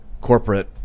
corporate